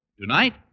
Tonight